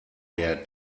der